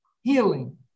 healing